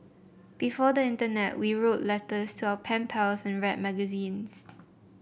before the internet we wrote letters to our pen pals and read magazines